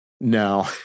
no